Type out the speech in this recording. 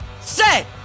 Set